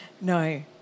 No